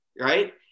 right